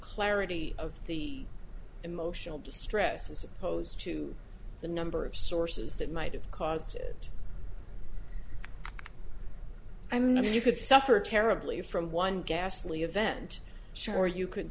clarity of the emotional distress as opposed to the number of sources that might have caused it i know you could suffer terribly from one ghastly event sure you could